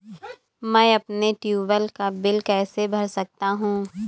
मैं अपने ट्यूबवेल का बिल कैसे भर सकता हूँ?